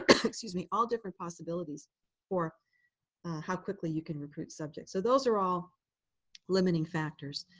excuse me all different possibilities for how quickly you can recruit subjects. so those are all limiting factors.